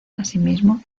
asimismo